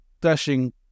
dashing